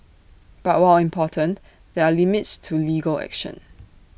but while important there are limits to legal action